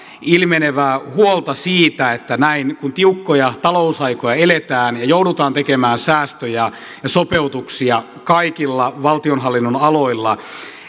ilmenevää huolta siitä näin kun tiukkoja talousaikoja eletään ja joudutaan tekemään säästöjä ja sopeutuksia kaikilla valtionhallinnon aloilla